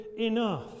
enough